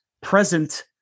present